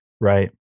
Right